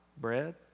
Bread